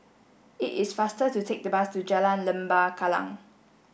it is faster to take the bus to Jalan Lembah Kallang